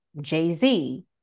Jay-Z